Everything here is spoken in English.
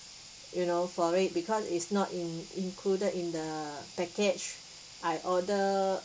you know for it because is not in included in the package I order